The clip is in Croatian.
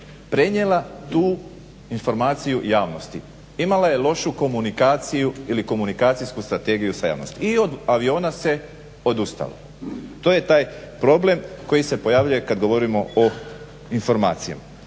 prenijela tu informaciju javnosti, imala je lošu komunikaciju ili komunikacijsku strategiju s javnosti i od aviona se odustalo. To je taj problem koji se pojavljuje kad govorimo o informacijama,